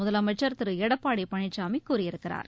முதலமைச்சர் திரு எடப்பாடி பழனிசாமி கூறியிருக்கிறார்